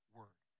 word